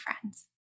friends